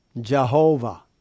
Jehovah